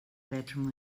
bedroom